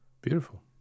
Beautiful